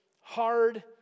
hard